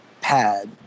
pad